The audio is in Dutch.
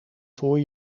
voor